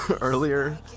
earlier